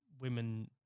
women